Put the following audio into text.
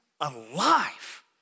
alive